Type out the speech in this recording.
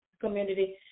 community